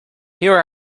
here